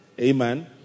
Amen